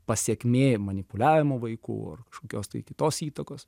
pasekmė manipuliavimo vaikų ar kažkokios tai kitos įtakos